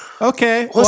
Okay